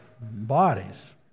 bodies